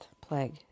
plague